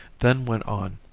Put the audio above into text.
then went on